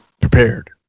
prepared